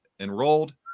Enrolled